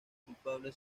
culpable